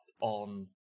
on